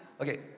okay